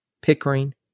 Pickering